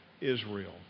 Israel